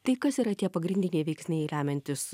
tai kas yra tie pagrindiniai veiksniai lemiantys